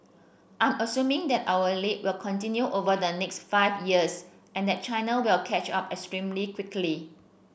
I'm assuming that our lead will continue over the next five years and that China will catch up extremely quickly